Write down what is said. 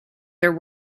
there